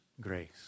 grace